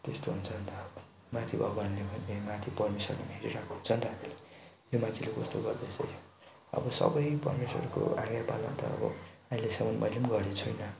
त्यस्तो हुन्छ नि त अब माथि भगवान्ले पनि ए माथि परमेश्वरले पनि हेरिरहेको हुन्छन् त हामीलाई यो मान्छेले कस्तो गर्दैछ अब सबै परमेश्वरको आज्ञापालन त अब अहिलेसम्म मैले पनि गरेको छुइनँ